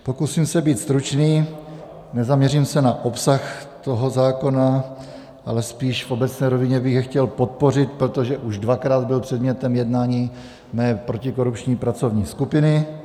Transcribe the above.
Pokusím se být stručný, nezaměřím se na obsah toho zákona, ale spíše v obecné rovině bych jej chtěl podpořit, protože už dvakrát byl předmětem jednání mé protikorupční pracovní skupiny.